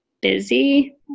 busy